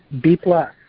B-plus